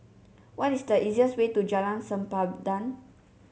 what is the easiest way to Jalan Sempadan